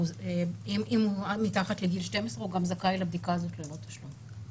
ואם הוא מתחת לגיל 12 - הוא גם זכאי לבדיקה הזאת ללא תשלום.